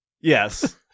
Yes